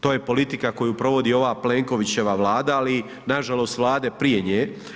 To je politika koju provodi ova Plenkovićeva Vlada ali i nažalost Vlade prije nje.